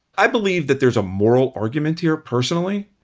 i believe that there's a moral argument here personally.